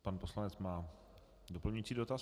Pan poslanec má doplňující dotaz.